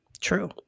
true